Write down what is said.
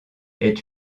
est